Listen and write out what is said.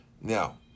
Now